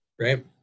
right